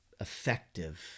effective